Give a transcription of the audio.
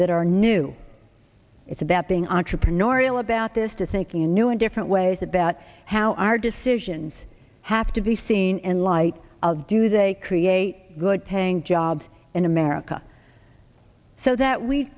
that are new it's about being entrepreneurial about this to thinking in new and different ways about how our decisions have to be seen in light of do they create good paying jobs in america so that we